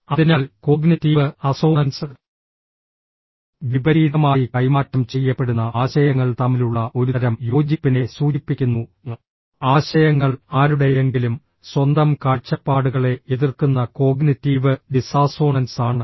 അതിനാൽ cognitive assonance വിപരീതമായി കൈമാറ്റം ചെയ്യപ്പെടുന്ന ആശയങ്ങൾ തമ്മിലുള്ള ഒരുതരം യോജിപ്പിനെ സൂചിപ്പിക്കുന്നു ആശയങ്ങൾ ആരുടെയെങ്കിലും സ്വന്തം കാഴ്ചപ്പാടുകളെ എതിർക്കുന്ന കോഗ്നിറ്റീവ് ഡിസാസോണൻസ് ആണ്